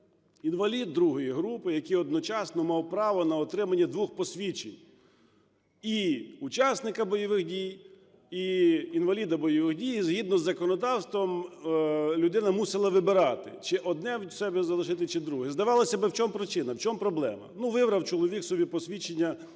інвалід ІІ групи, який одночасно мав право на отримання двох посвідчень: і учасника бойових дій, і інваліда бойових дій. І згідно з законодавством людина мусила вибирати: чи одне в себе залишити, чи друге. Здавалося би, в чому причина, в чому проблема? Ну вибрав чоловік собі посвідчення,